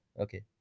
Okay